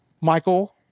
Michael